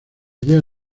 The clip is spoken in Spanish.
idea